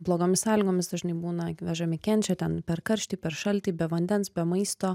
blogomis sąlygomis dažnai būna vežami kenčia ten per karštį per šaltį be vandens be maisto